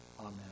amen